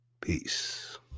Peace